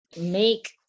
Make